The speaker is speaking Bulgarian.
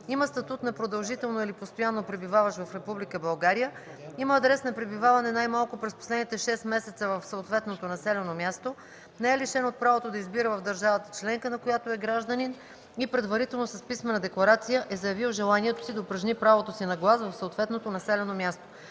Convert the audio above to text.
има статут на продължително или постоянно пребиваващ в Република България, има адрес на пребиваване най-малко през последните шест месеца в съответното населено място, не е лишен от правото да избира в държавата членка, на която е гражданин, и предварително с писмена декларация е заявил желанието си да упражни правото си на глас в съответното населено място.